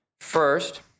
first